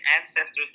ancestors